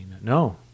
No